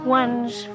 ones